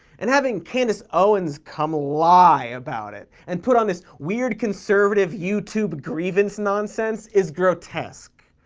and having candace owens come lie about it, and put on this weird conservative youtube grievance nonsense, is grotesque.